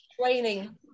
training